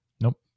Nope